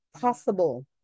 possible